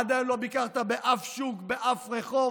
עד היום לא ביקרת באף שוק, באף רחוב.